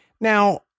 Now